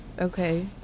okay